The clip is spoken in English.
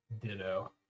ditto